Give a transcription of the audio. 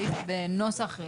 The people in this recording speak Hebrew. סעיף בנוסח,